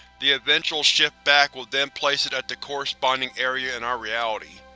the eventual shift back will then place it at the corresponding area in our reality.